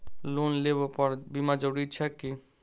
Loan लेबऽ पर बीमा जरूरी छैक की?